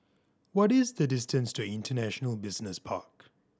what is the distance to International Business Park